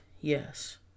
yes